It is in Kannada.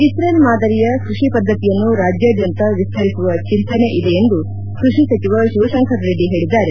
ಇಸ್ರೇಲ್ ಮಾದರಿಯ ಕೃಷಿ ಪದ್ದತಿಯನ್ನು ರಾಜ್ಯಾದ್ಯಂತ ವಿಸ್ತರಿಸುವ ಚಿಂತನೆ ಇದೆ ಎಂದು ಕೃಷಿ ಸಚಿವ ಶಿವಶಂಕರ್ ರೆಡ್ಡಿ ಹೇಳಿದ್ದಾರೆ